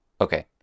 okay